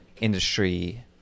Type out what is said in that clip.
industry